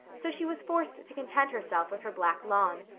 so she was forced to content herself with her black lawn.